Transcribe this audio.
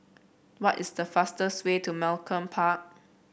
what is the fastest way to Malcolm Park